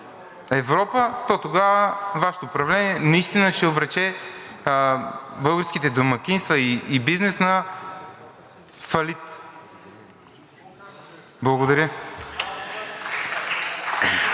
Европа, то тогава Вашето управление наистина ще обрече българските домакинства и бизнес на фалит. Благодаря.